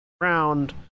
round